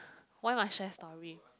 why must share story